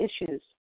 issues